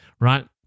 right